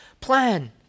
plan